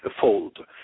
fold